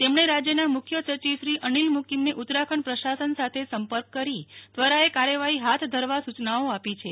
તેમણે રાજયના મુખ્ય સચિવશ્રી અનીલ મુકીમને ઉત્તરાખંડ પ્રશાસન સાથે સંપર્ક કરી ત્વરાએ કાર્યવાહી હાથ ધરવા સુચનાઓ આપી છે